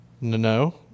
No